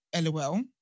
LOL